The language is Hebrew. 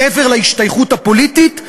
מעבר להשתייכות הפוליטית,